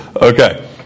Okay